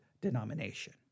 denomination